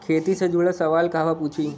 खेती से जुड़ल सवाल कहवा पूछी?